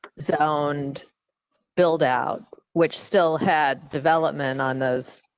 sound build out which still had development on those.